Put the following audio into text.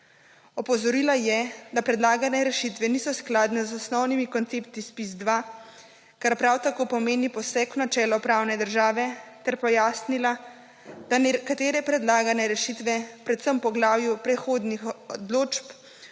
Opozorila je, da predlagane rešitve niso skladne z osnovnimi koncepti ZPIZ-2, kar prav tako pomeni poseg v načelo pravne države ter pojasnila, da nekatere predlagane rešitve, predvsem poglavje prehodnih odločb,